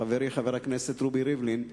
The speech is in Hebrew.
חברי חבר הכנסת רובי ריבלין,